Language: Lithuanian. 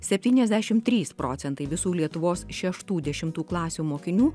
septyniasdešim trys procentai visų lietuvos šeštų dešimtų klasių mokinių